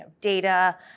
data